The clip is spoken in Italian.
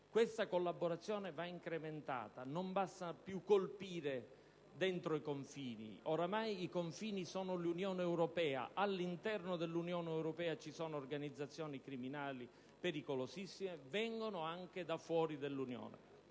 Questa collaborazione va incrementata. Non basta più colpire dentro i confini, perché ormai i confini sono l'Unione europea, all'interno della quale sono presenti organizzazioni criminali molto pericolose, che provengono anche da fuori dell'Unione.